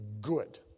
good